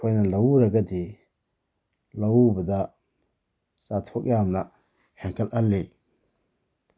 ꯑꯩꯈꯣꯏꯅ ꯂꯧ ꯎꯔꯒꯗꯤ ꯂꯧ ꯎꯕꯗ ꯆꯥꯊꯣꯛ ꯌꯥꯝꯅ ꯍꯦꯟꯀꯠꯍꯜꯂꯤ